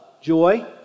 joy